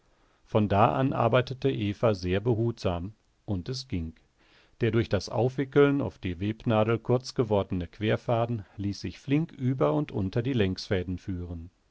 von da an arbeitete eva sehr behutsam und es ging der durch das aufwickeln auf die webnadel kurz gewordene querfaden ließ sich flink über und unter die längsfäden führen